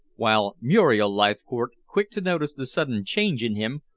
while muriel leithcourt, quick to notice the sudden change in him,